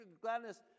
gladness